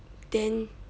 then